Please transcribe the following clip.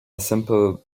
simple